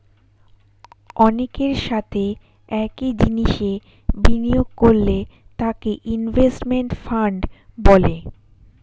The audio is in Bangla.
অনেকের সাথে একই জিনিসে বিনিয়োগ করলে তাকে ইনভেস্টমেন্ট ফান্ড বলে